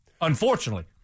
Unfortunately